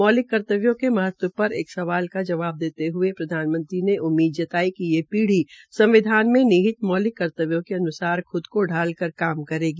मौलिक कर्तव्यों के महत्व पर एक सवाल का जवाब देते हये प्रधानमंत्री ने उम्मीद जताई कि ये पीढ़ी संविधान में निहित मौलिक कर्तव्यो के अन्सार ख्द को ाल कर कार्य करेगी